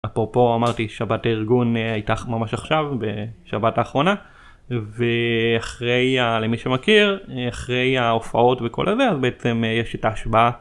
אפרופו אמרתי שבת הארגון הייתה ממש עכשיו בשבת האחרונה ולמי שמכיר אחרי ההופעות וכל הזה אז בעצם יש את ההשבעה.